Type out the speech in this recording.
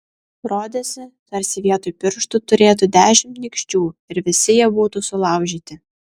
rodėsi tarsi vietoj pirštų turėtų dešimt nykščių ir visi jie būtų sulaužyti